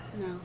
No